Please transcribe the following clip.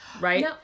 right